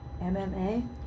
MMA